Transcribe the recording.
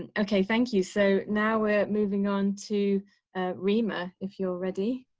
and ok, thank you. so now we're moving onto rima, if you're ready.